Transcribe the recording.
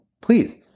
please